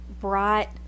brought